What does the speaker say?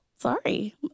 sorry